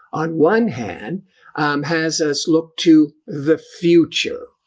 on one hand, um has us look to the future.